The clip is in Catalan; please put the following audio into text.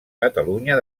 catalunya